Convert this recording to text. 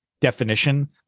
definition